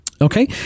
Okay